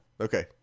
Okay